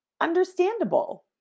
understandable